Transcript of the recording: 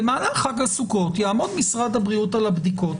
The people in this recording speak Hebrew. במהלך חג הסוכות יעמוד משרד הבריאות על הבדיקות.